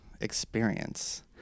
experience